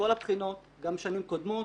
בכל הבחינות, גם בשנים קודמות,